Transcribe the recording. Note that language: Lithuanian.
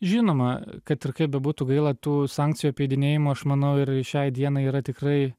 žinoma kad ir kaip bebūtų gaila tų sankcijų apeidinėjimo aš manau ir šiai dienai yra tikrai